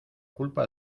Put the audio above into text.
culpa